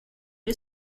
les